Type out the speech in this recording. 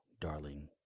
darling